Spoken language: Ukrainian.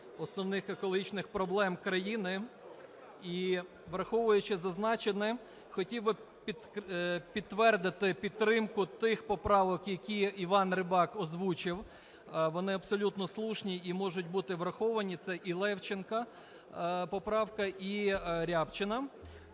основних екологічних проблем країни, і, враховуючи зазначене, хотів би підтвердити підтримку тих поправок, які Іван Рибак озвучив. Вони абсолютно слушні і можуть бути враховані. Це і Левченка поправка, і Рябчина.